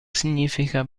significa